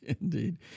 Indeed